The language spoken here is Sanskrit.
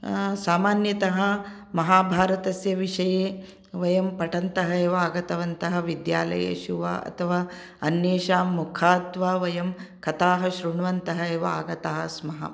सामान्यतः महाभारतस्य विषये वयं पठन्तः एव आगतवन्तः विद्यालयेषु वा अथवा अन्येषां मुखात् वा वयं कथाः शृण्वन्तः आगताः स्मः